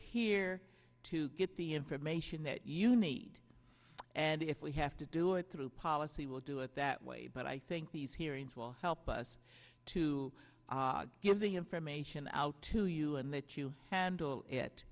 here to get the information that you need and if we have to do it through policy will do it that way but i think these hearings will help us to give the information out to you and that you handle it